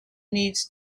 needs